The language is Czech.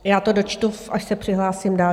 Já to dočtu, až se přihlásím dál.